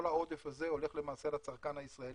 כל העודף הזה הולך למעשה לצרכן הישראלי.